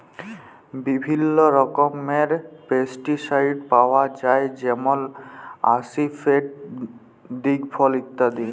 বিভিল্ল্য রকমের পেস্টিসাইড পাউয়া যায় যেমল আসিফেট, দিগফল ইত্যাদি